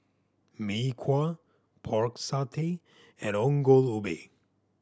Mee Kuah Pork Satay and Ongol Ubi